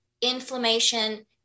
inflammation